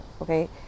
okay